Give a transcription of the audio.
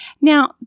Now